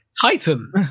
titan